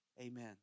Amen